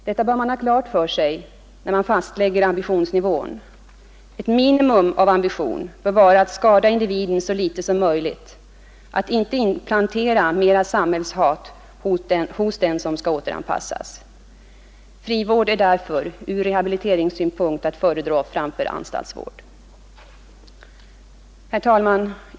Detta bör man ha klart för sig när man fastlägger ambitionsnivån. Ett minimum av ambition bör dock vara att skada individen så litet som möjligt, att inte inplantera mera samhällshat hos den som skall återanpassas. Frivård är därför ur rehabiliteringssynpunkt att föredra framför anstaltsvård. Herr talman!